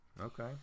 Okay